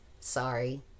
sorry